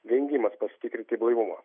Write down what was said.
vengimas pasitikrinti blaivumą